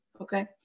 Okay